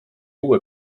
uue